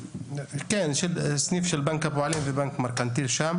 כן, סניף של בנק הפועלים ובנק מרכנתיל שם.